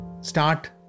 start